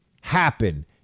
happen